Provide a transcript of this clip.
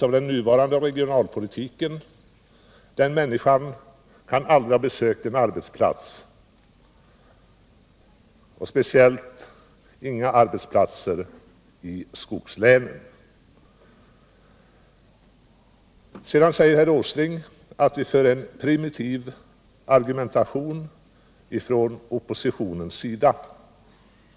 av den nuvarande regionalpolitiken, aldrig kan ha besökt en arbetsplats, speciellt inte i skogslänen. Sedan säger herr Åsling att vi för en primitiv argumentation från oppositionens sida.